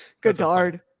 Godard